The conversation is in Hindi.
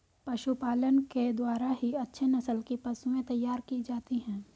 पशुपालन के द्वारा ही अच्छे नस्ल की पशुएं तैयार की जाती है